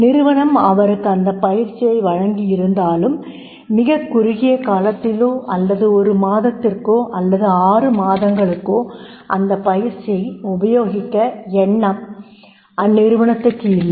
நிறுவனம் அவருக்கு அந்தப் பயிற்சியை வழங்கியிருந்தாலும் மிகக் குறுகிய காலத்திலோ அல்லது ஒரு மாதத்திற்கோ அல்லது 6 மாதங்களுக்கோ அந்தப் பயிற்சியை உபயோகிக்கும் எண்ணம் அந்நிறுவனத்திற்கு இல்லை